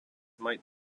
might